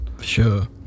sure